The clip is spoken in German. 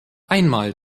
einmal